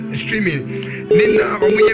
streaming